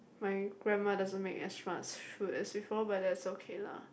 my grandma doesn't make as much food as before but that's okay lah